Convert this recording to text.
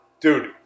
Dude